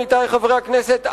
עמיתי חברי הכנסת,